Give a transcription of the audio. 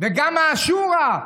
וגם השורא,